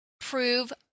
prove